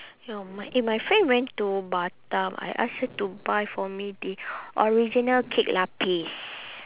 ya my eh my friend went to batam I ask her to buy for me the original kek lapis